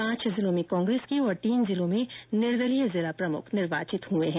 पांच जिलों में कांग्रेस के और तीन जिलों में निर्दलीय जिला प्रमुख निर्वाचित हुए हैं